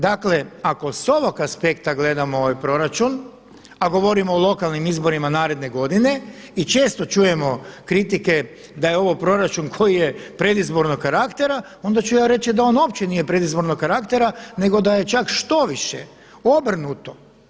Dakle, ako s ovog aspekta gledamo ovaj proračun, a govorimo o lokalnim izborima naredne godine i često čujemo kritike da je ovo proračun koji je predizbornog karaktera, onda ću ja reći da on uopće nije predizbornog karaktera nego da je čak štoviše obrnuto.